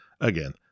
again